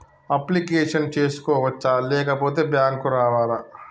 Application చేసుకోవచ్చా లేకపోతే bank రావాలా?